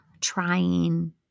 trying